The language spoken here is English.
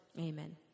Amen